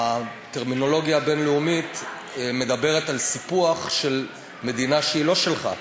הטרמינולוגיה הבין-לאומית מדברת על סיפוח של מדינה שהיא לא שלך.